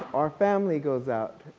our family goes out,